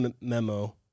memo